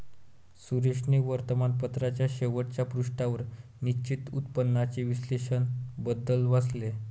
सुरेशने वर्तमानपत्राच्या शेवटच्या पृष्ठावर निश्चित उत्पन्नाचे विश्लेषण बद्दल वाचले